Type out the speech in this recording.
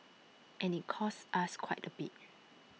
and IT costs us quite A bit